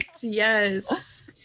Yes